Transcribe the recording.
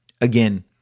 again